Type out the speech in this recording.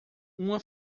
uma